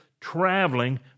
traveling